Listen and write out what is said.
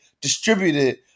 distributed